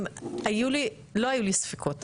לא היו לי ספקות,